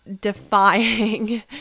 defying